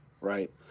right